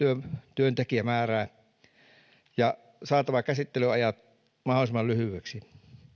työntekijämäärää saatava käsittelyajat mahdollisimman lyhyiksi